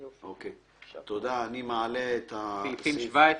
אין סעיפים 17,